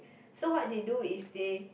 so what they do is they